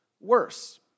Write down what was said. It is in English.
worse